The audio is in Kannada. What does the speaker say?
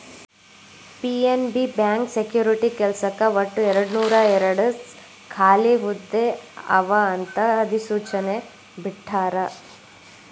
ಪಿ.ಎನ್.ಬಿ ಬ್ಯಾಂಕ್ ಸೆಕ್ಯುರಿಟಿ ಕೆಲ್ಸಕ್ಕ ಒಟ್ಟು ಎರಡನೂರಾಯೇರಡ್ ಖಾಲಿ ಹುದ್ದೆ ಅವ ಅಂತ ಅಧಿಸೂಚನೆ ಬಿಟ್ಟಾರ